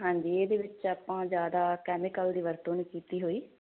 ਹਾਂਜੀ ਇਹਦੇ ਵਿੱਚ ਆਪਾਂ ਜਿਆਦਾ ਕੈਮੀਕਲ ਦੀ ਵਰਤੋਂ ਨਹੀਂ ਕੀਤੀ ਹੋਈ